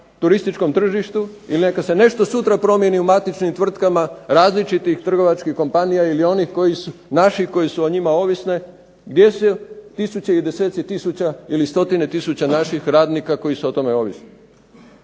turističkom tržištu ili neka se nešto sutra promijeni u matičnim tvrtkama različitih trgovačkih kompanija ili onih naših koje su o njima ovisne .../Govornik se ne razumije./... i deseci tisuća ili stotine tisuća naših radnika koji su o tome ovisni.